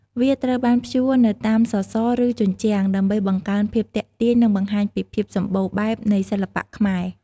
វាត្រូវបានព្យួរនៅតាមសសរ ឬជញ្ជាំង ដើម្បីបង្កើនភាពទាក់ទាញ និងបង្ហាញពីភាពសម្បូរបែបនៃសិល្បៈខ្មែរ។